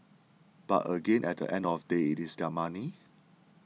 but again at the end of day it's their money